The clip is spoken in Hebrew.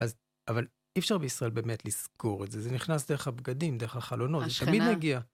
אבל אי אפשר בישראל באמת לזכור את זה. זה נכנס דרך הבגדים, דרך החלונות, זה תמיד מגיע.